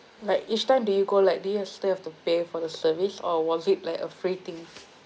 like each time do you go like do you still have to pay for the service or was it like a free thing